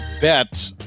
Bet